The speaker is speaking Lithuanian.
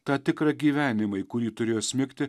tą tikrą gyvenimą į kurį turėjo smigti